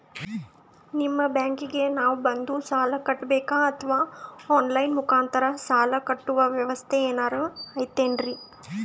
ನಿಮ್ಮ ಬ್ಯಾಂಕಿಗೆ ನಾವ ಬಂದು ಸಾಲ ಕಟ್ಟಬೇಕಾ ಅಥವಾ ಆನ್ ಲೈನ್ ಮುಖಾಂತರ ಸಾಲ ಕಟ್ಟುವ ವ್ಯೆವಸ್ಥೆ ಏನಾರ ಐತೇನ್ರಿ?